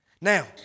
Now